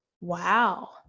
Wow